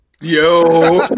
Yo